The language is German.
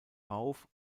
auf